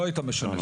לא היית משנה.